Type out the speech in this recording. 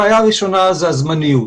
הבעיה הראשונה זה הזמניות.